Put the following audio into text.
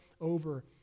over